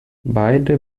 beide